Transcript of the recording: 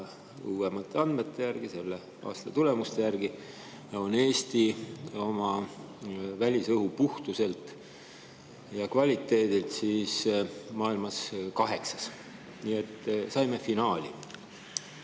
Uuemate andmete järgi, selle aasta tulemuste järgi on Eesti oma välisõhu puhtuselt ja kvaliteedilt maailmas kaheksas. Nii et saime finaali.